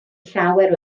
llawer